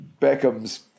Beckham's